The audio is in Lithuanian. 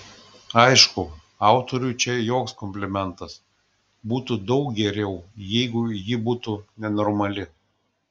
aišku autoriui čia joks komplimentas būtų daug geriau jeigu ji būtų nenormali